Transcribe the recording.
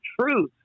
truth